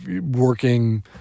working